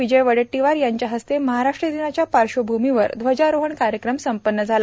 विजय वडेट्टीवार यांच्या हस्ते महाराष्ट्र दिनाच्या पार्श्वभूमीवर ध्वजारोहण कार्यक्रम संपन्न झाला